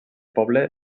poble